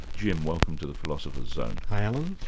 jim, welcome to the philosopher's zone. hi, alan.